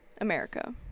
America